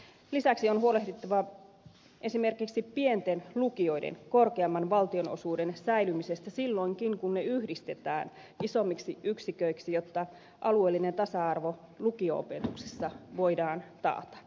lisäksi on huolehdittava esimerkiksi pienten lukioiden korkeamman valtionosuuden säilymisestä silloinkin kun ne yhdistetään isommiksi yksiköiksi jotta alueellinen tasa arvo lukio opetuksessa voidaan taata